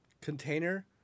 container